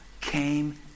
came